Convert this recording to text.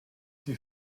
die